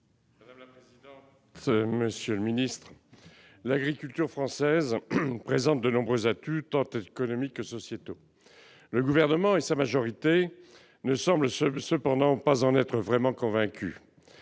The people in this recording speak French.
l'alimentation. Monsieur le ministre, l'agriculture française présente de nombreux atouts tant économiques que sociétaux. Le Gouvernement et sa majorité ne semblent cependant pas en être vraiment convaincus.